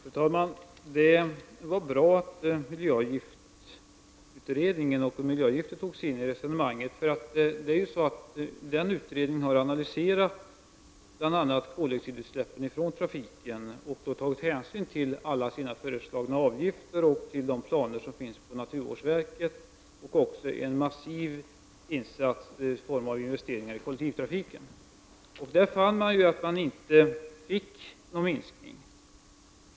Fru talman! Det var bra att miljöavgifter togs in i resonemanget och att en miljöavgiftsutredning tillsattes. Denna utredning har analyserat bl.a. koldioxidutsläppen från trafiken. Utredningen har också tagit hänsyn till alla föreslagna avgifter, till de planer som finns i naturvårdsverket och även till en massiv insats i form av investeringar i kollektivtrafiken. Utredningen fann att någon minskning av koldioxidutsläppen inte har skett.